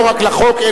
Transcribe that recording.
לא רק על החוק,